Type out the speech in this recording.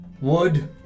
Wood